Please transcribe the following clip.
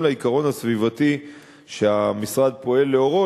את העיקרון הסביבתי שהמשרד פועל לאורו,